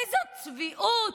איזו צביעות.